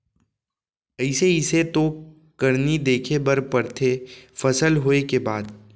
अइसे अइसे तो करनी देखे बर परथे फसल होय के बाद